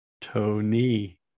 tony